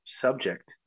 subject